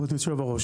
כבוד יושב הראש,